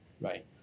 right